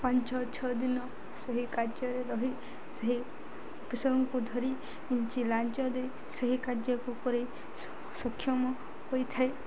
ପାଞ୍ଚ ଛଅ ଦିନ ସେହି କାର୍ଯ୍ୟରେ ରହି ସେହି ଅଫିସରଙ୍କୁ ଧରି ଲାଞ୍ଚ ଦେଇ ସେହି କାର୍ଯ୍ୟକୁ ଉପରେ ସକ୍ଷମ ହୋଇଥାଏ